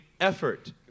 effort